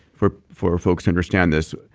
for for folks to understand this.